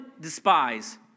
despise